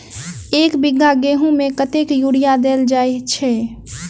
एक बीघा गेंहूँ मे कतेक यूरिया देल जाय छै?